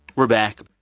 we're back.